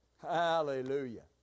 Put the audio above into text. Hallelujah